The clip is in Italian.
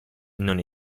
non